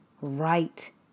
right